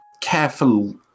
careful